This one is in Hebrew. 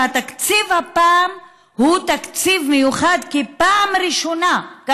שהתקציב הפעם הוא תקציב מיוחד כי פעם ראשונה בתקציב המדינה,